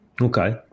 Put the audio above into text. Okay